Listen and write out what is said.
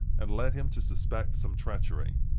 and led him to suspect some treachery.